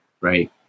right